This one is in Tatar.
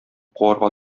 куарга